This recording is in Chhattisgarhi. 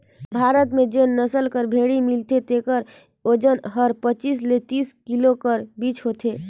भारत में जेन नसल कर भेंड़ी मिलथे तेकर ओजन हर पचीस ले तीस किलो कर बीच होथे